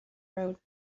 road